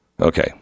Okay